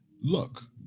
look